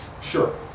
Sure